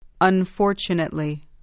Unfortunately